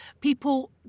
people